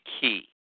key